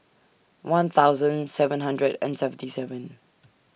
one thousand seven hundred and seventy seven